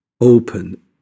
open